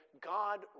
God